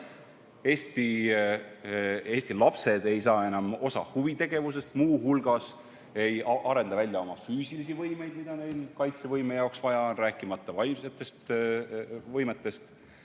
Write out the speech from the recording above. Eesti lapsed ei saa enam osa huvitegevusest, muu hulgas ei arenda välja oma füüsilisi võimeid, mida neil kaitsevõime jaoks vaja on, rääkimata vaimsetest